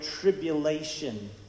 tribulation